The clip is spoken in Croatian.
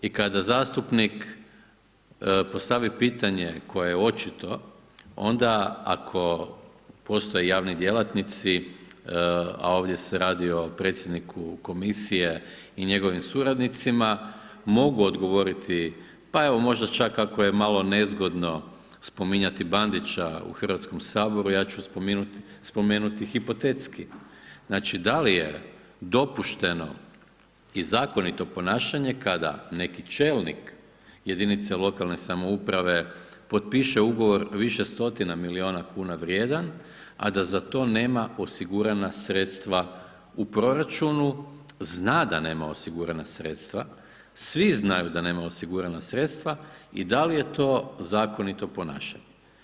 I kada zastupnik postavi pitanje koje je očito, onda ako postoje javni djelatnici, a ovdje se radi o predsjedniku komisije i njegovim suradnicima, mogu govoriti, pa evo možda čak i ako je malo nezgodno spominjati Bandića u Hrvatskom saboru, ja ću spomenuti hipotetski, znači da li je dopušteno i zakonito ponašanje, kada neki čelnik jedinice lokalne samouprave, potpiše ugovor više stotina milijuna kuna vrijedan, a da za to nema osigurana sredstva u proračunu, zna da nema osigurana sredstva, svi znaju da nema osigurana sredstva i da li je to zakonito ponašanje.